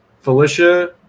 Felicia